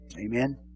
Amen